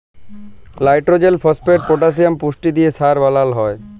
লাইট্রজেল, phosphate, potassium পুষ্টি দিঁয়ে সার বালাল হ্যয়